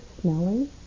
smelling